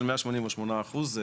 של 188 אחוזים.